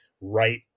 right